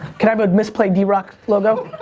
can i have a misplay drock logo?